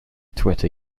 twitter